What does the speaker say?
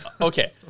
okay